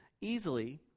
easily